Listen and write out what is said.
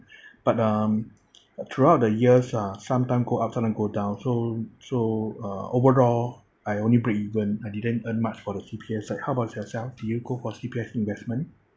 but um throughout the years uh sometime go up sometime go down so so uh overall I only break even I didn't earn much for the C_P_F side how about yourself did you go for C_P_F investment